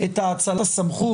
את האצלת הסמכות.